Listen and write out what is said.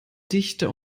dichter